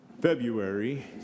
February